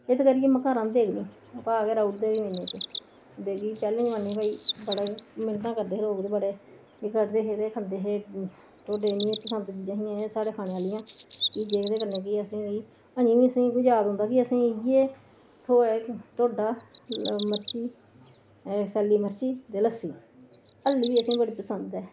एत्त करिये मक्का राह्ंदे के नी घाह् के राउ उड़दे जमीने च कढदे हे ते खंदे हे ढोडे इन्नियां पसंद चीजां हियां साढ़े खाने आह्लियां ते जेह्दे कन्नै असें भाई हुन बी असेंगी याद आंदा भाई असें इयै साग ढोडा मर्ची सैली मर्ची ते लस्सी हल्ली बी असें बड़ी पसंद ऐ